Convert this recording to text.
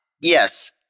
Yes